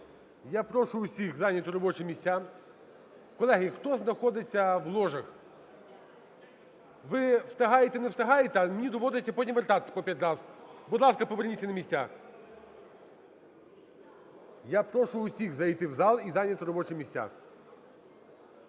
Я прошу всіх зайняти робочі місця. Колеги, хто знаходиться в ложах, ви встигаєте, не встигаєте, а мені доводиться потім вертатися по 5 разів. Будь ласка, поверніться на місця. Я прошу всіх зайти в зал і зайняти робочі місця.